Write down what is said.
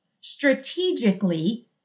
strategically